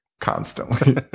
constantly